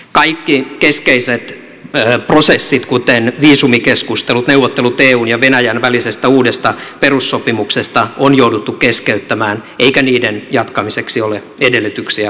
kaikki keskeiset prosessit kuten viisumikeskustelut neuvottelut eun ja venäjän välisestä uudesta perussopimuksesta on jouduttu keskeyttämään eikä niiden jatkamiseksi ole edellytyksiä tälläkään hetkellä